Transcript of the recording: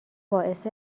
باعث